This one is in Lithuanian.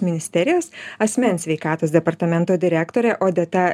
ministerijos asmens sveikatos departamento direktorė odeta